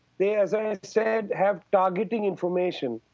they as i said have targeting information.